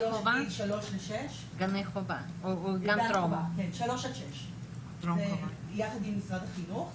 גילאים 3-6. יחד עם משרד החינוך,